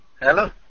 Hello